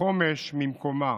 חומש ממקומה.